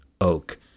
Oak